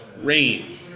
rain